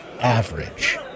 average